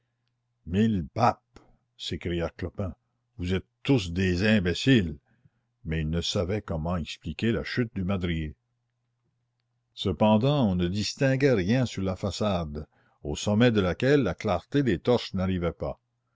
mille papes s'écria clopin vous êtes tous des imbéciles mais il ne savait comment expliquer la chute du madrier cependant on ne distinguait rien sur la façade au sommet de laquelle la clarté des torches n'arrivait pas